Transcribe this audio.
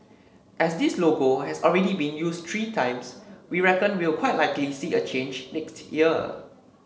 as this logo has already been used three times we reckon we'll quite likely see a change next year